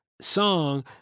song